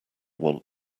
want